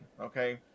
okay